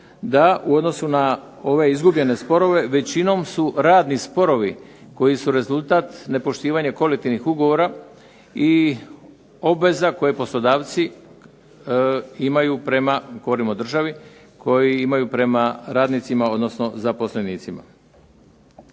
da u odnosu na ove izgubljene sporove većinom su radni sporovi koji su rezultat nepoštivanja kolektivnih ugovora i obveza koju poslodavci imaju prema, govorim o državi, koji imaju prema radnicima odnosno zaposlenicima.